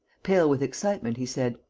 pale with excitement, he said